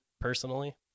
personally